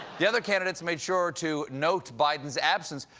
the other candidates made sure to note biden's absence.